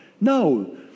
No